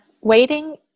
Waiting